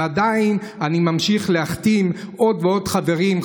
ועדיין אני ממשיך להחתים עוד ועוד חברים,